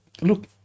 Look